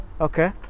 Okay